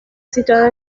situada